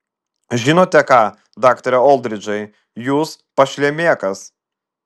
žinote ką daktare oldridžai jūs pašlemėkas